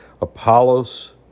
Apollos